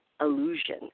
illusion